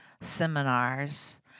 seminars